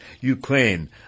Ukraine